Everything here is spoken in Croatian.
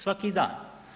Svaki dan.